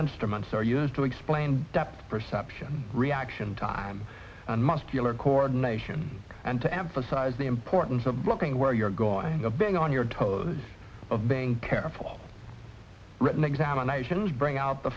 instruments are used to explain depth perception reaction time and muscular coronation and to emphasize the importance of blocking where you're gone of being on your toes of being careful written examinations bring out the